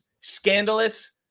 scandalous